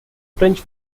french